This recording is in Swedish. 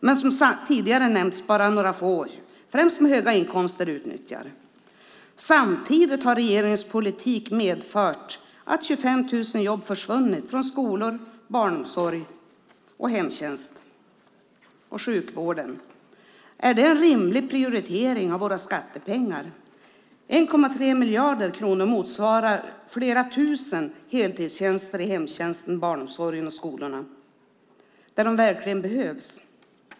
Det är främst de med höga inkomster som utnyttjar det. Samtidigt har regeringens politik medfört att 25 000 jobb har försvunnit från skolor, barnomsorg, hemtjänst och sjukvård. Är det en rimlig prioritering av våra skattepengar? 1,3 miljarder kronor motsvarar flera tusen heltidstjänster i hemtjänsten, barnomsorgen och skolorna där de verkligen behövs.